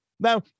Now